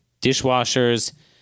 dishwashers